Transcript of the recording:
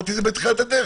אמרתי את זה בתחילת הדרך,